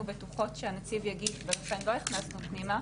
בטוחות שהנציב יגיד ולכן לא הכנסנו פנימה,